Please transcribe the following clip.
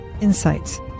insights